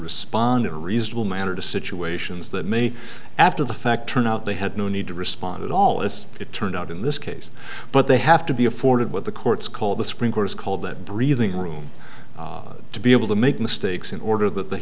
respond in a reasonable manner to situations that may after the fact turn out they had no need to respond at all as it turned out in this case but they have to be afforded what the courts call the supreme court is called the breathing room to be able to make mistakes in order that they